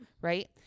right